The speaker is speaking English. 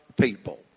people